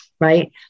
Right